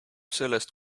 sellest